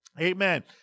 Amen